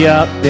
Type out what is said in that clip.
up